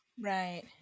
Right